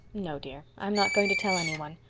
no, dear, i'm not going to tell any one.